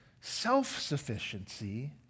self-sufficiency